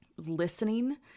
listening